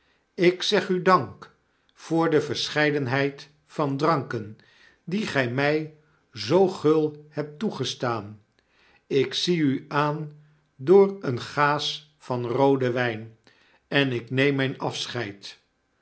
ik zeg u dank voor de verscheidenheid van dranken die gy my zoo gul hebt toegestaan ik zie u aan door een van rooden wyn en ik neem mijn afscheid